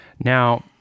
Now